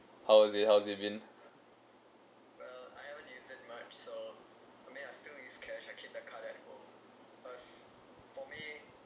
how is it how is it been